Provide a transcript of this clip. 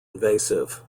invasive